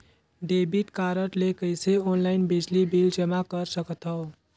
Debit card ले कइसे online बिजली बिल जमा कर सकथव?